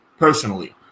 personally